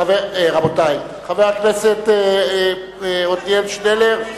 חבר הכנסת עתניאל שנלר,